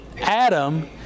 Adam